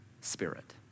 Spirit